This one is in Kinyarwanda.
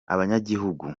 abanyagihugu